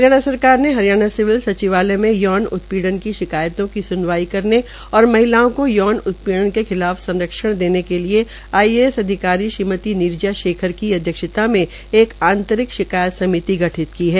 हरियाणा सरकार ने हरयिाणा सिविल कार्यालय में यौन उत्पीड़न की शिकायतों की सुनवाई करने और महिलाओं को यौन उत्पीड़न के खिलाफ संरक्षण देने के लिये आईएएस अधिकारी श्रीमती नीरजा शेखर की अध्यक्षता मे एक आंतरिक शिकायत समिति गठित की है